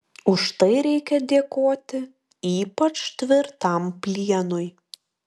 už tai reikia dėkoti ypač tvirtam plienui